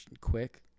quick